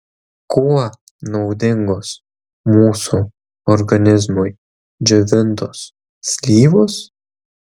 kuo naudingos mūsų organizmui džiovintos slyvos